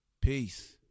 Peace